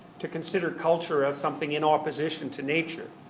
to consider culture as something in opposition to nature.